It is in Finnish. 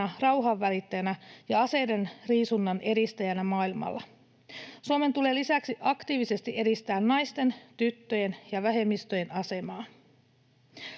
rauhanvälittäjänä ja aseidenriisunnan edistäjänä maailmalla. Suomen tulee lisäksi aktiivisesti edistää naisten, tyttöjen ja vähemmistöjen asemaa.